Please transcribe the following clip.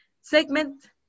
segment